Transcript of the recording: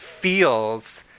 feels